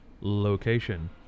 location